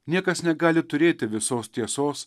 niekas negali turėti visos tiesos